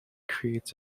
creates